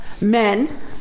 men